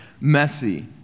messy